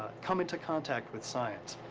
come into contact with science.